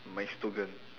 mystogan